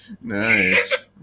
Nice